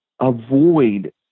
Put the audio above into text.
avoid